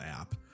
app